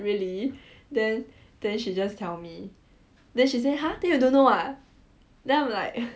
really then then she just tell me then she say !huh! then you don't know ah then I'm like